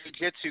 jujitsu